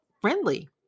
friendly